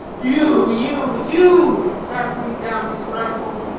you, you, you! rattling down his rifle.